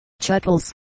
chuckles